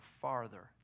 farther